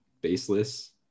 baseless